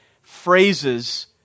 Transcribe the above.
phrases